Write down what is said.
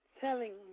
telling